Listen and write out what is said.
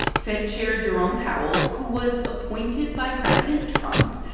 fed chair jerome powell, who was appointed by president trump,